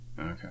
Okay